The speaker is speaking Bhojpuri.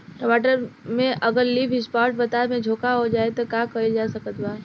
टमाटर में अगर लीफ स्पॉट पता में झोंका हो जाएँ त का कइल जा सकत बा?